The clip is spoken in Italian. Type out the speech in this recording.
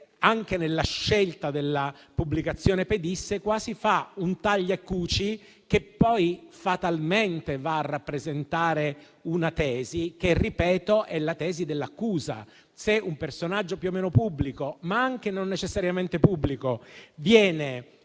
anche nella scelta della pubblicazione pedissequa, si fa un taglia e cuci che poi fatalmente va a rappresentare una tesi che - ripeto - è la tesi dell'accusa. Se un personaggio più o meno pubblico, ma anche non necessariamente pubblico, viene